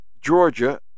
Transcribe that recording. Georgia